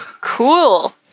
Cool